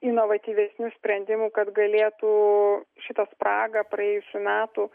inovatyvesnių sprendimų kad galėtų šitą spragą praėjusių metų